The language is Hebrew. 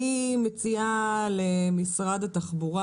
אני מציעה למשרד התחבורה,